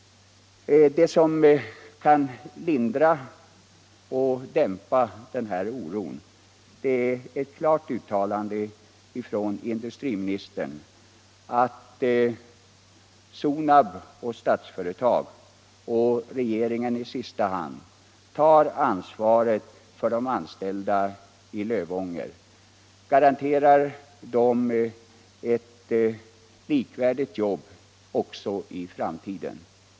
Det som kan lindra och dämpa oron är ett klart uttalande från industriministern, att Sonab och Statsföretag och i sista hand regeringen tar ansvaret för de anställda i Lövånger, garanterar dem ett likvärdigt jobb också i framtiden.